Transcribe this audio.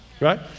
right